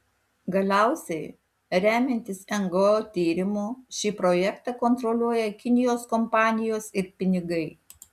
galiausiai remiantis ngo tyrimu šį projektą kontroliuoja kinijos kompanijos ir pinigai